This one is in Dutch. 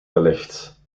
gelegd